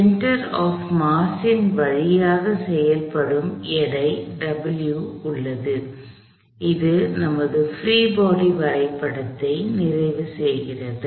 centre of mass ன் வழியாகச் செயல்படும் எடை W உள்ளது இது நமது பிரீ பாடி வரைபடத்தை நிறைவு செய்கிறது